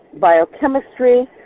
biochemistry